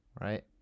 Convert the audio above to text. right